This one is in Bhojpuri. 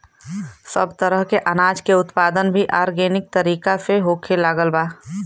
सब तरह के अनाज के उत्पादन भी आर्गेनिक तरीका से होखे लागल बा